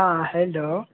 हँ हैलो